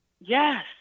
Yes